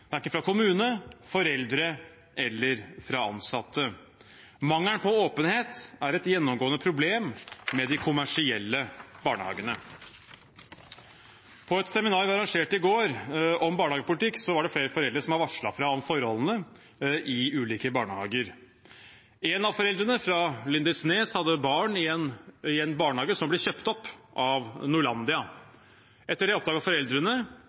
fra verken kommune, foreldre eller ansatte. Mangelen på åpenhet er et gjennomgående problem ved de kommersielle barnehagene. På et seminar om barnehagepolitikk som vi arrangerte i går, var det flere foreldre som hadde varslet om forholdene i ulike barnehager. Ett foreldrepar foreldrene, fra Lindesnes, hadde barn i en barnehage som ble kjøpt opp av Norlandia. Etter det oppdaget foreldrene